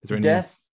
death